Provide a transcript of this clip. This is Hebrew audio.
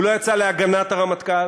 הוא לא יצא להגנת הרמטכ"ל.